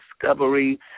discovery